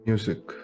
Music